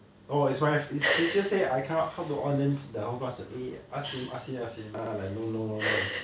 orh is my fri~ is teacher say I cannot how to on then the whole class will like eh ask him ask him then I like no no no no